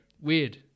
weird